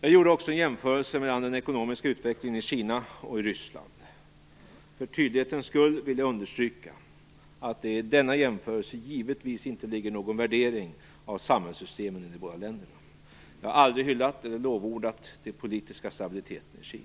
Jag gjorde också en jämförelse mellan den ekonomiska utvecklingen i Kina och i Ryssland. För tydlighetens skull vill jag understryka att det i denna jämförelse givetvis inte ligger någon värdering av samhällssystemen i de båda länderna. Jag har aldrig hyllat eller lovordat den politiska stabiliteten i Kina.